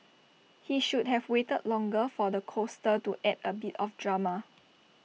he should have waited longer for the coaster to add A bit of drama